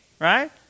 right